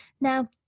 now